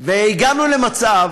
והגענו למצב